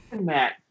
matt